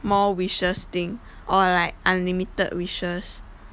more wishes thing or like unlimited wishes